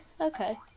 Okay